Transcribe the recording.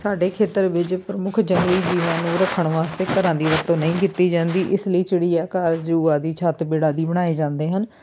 ਸਾਡੇ ਖੇਤਰ ਵਿੱਚ ਪ੍ਰਮੁੱਖ ਜੰਗਲੀ ਜੀਵਾਂ ਨੂੰ ਰੱਖਣ ਵਾਸਤੇ ਘਰਾਂ ਦੀ ਵਰਤੋਂ ਨਹੀਂ ਕੀਤੀ ਜਾਂਦੀ ਇਸ ਲਈ ਚਿੜੀਆ ਘਰ ਜ਼ੂ ਆਦਿ ਛੱਤਬੀੜ ਆਦਿ ਬਣਾਏ ਜਾਂਦੇ ਹਨ